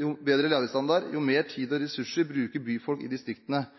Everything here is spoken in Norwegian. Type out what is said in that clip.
jo bedre levestandard, jo mer tid og ressurser bruker byfolk i distriktene